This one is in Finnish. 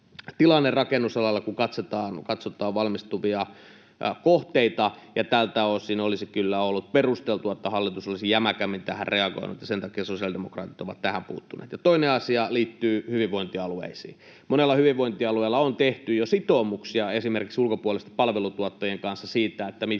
tilanne rakennusalalla, kun katsotaan valmistuvia kohteita. Ja tältä osin olisi kyllä ollut perusteltua, että hallitus olisi jämäkämmin tähän reagoinut. Sen takia sosiaalidemokraatit ovat tähän puuttuneet. Ja toinen asia liittyy hyvinvointialueisiin. Monella hyvinvointialueella on tehty jo sitoumuksia esimerkiksi ulkopuolisten palveluntuottajien kanssa siitä, mikä